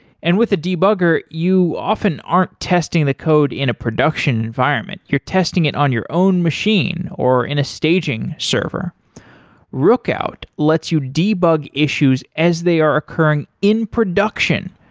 and with a debugger, you often aren't testing the code in a production environment, you're testing it on your own machine, or in a staging server rookout lets you debug issues as they are occurring in production.